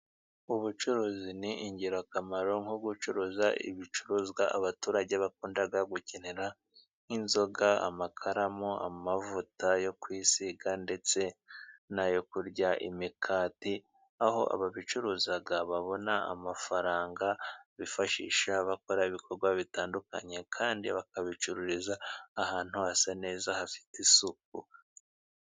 Ubucuruzi ni ingirakamaro nko gucuruza ibicuruzwa abaturage bakunda gukenera; nk'inzoga, amakaramu, amavuta yo kwisiga, ndetse n'ayo kurya, imikati, aho ababicuruza babona amafaranga bifashisha abakora ibikorwa bitandukanye kandi bakabicururiza ahantu hasa neza, hafite isuku.